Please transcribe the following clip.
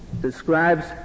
describes